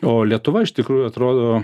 o lietuva iš tikrųjų atrodo